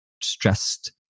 stressed